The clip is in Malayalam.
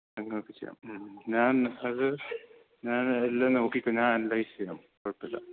ഞാൻ നോക്കിച്ചെയ്യാം ഉം ഞാൻ അത് ഞാനതെല്ലാം നോക്കിക്കോ ഞാൻ അനലൈസ്സ് ചെയ്യാം കുഴപ്പം ഇല്ല